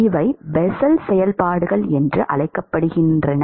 இவை பெசல் செயல்பாடுகள் என்று அழைக்கப்படுகின்றன